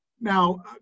Now